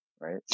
right